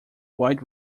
white